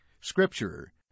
Scripture